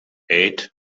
eight